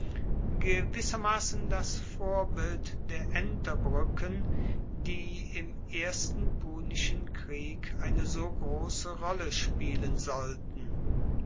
gewissermassen das vorbild der enterbruecken die im ersten punischen krieg eine so grosse rolle spielen sollten